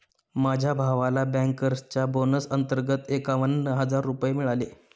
माझ्या भावाला बँकर्सच्या बोनस अंतर्गत एकावन्न हजार रुपये मिळाले